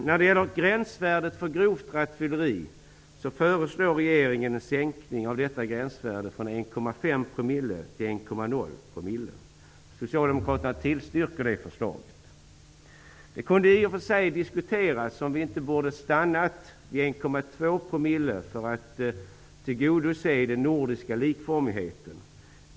När det gäller gränsvärdet för grovt rattfylleri föreslår regeringen en sänkning av detta gränsvärde från 1,5 % till 1,0 %. Socialdemokraterna tillstyrker detta förslag. Det kunde i och för sig diskuteras om vi inte borde ha stannat vid 1,2 % för att tillgodose den nordiska likformigheten.